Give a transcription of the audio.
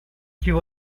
you